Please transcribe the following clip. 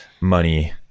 money